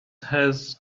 has